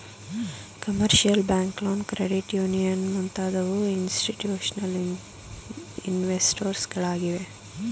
commercial bank loan, credit union ಮುಂತಾದವು institutional investors ಗಳಾಗಿವೆ